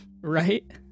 right